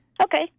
Okay